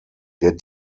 der